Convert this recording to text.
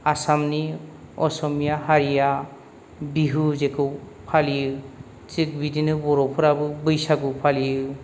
आसामनि असमिया हारिया बिहु जेखौ फालियो थिख बिदिनो बर'फ्राबो बैसागु फालियो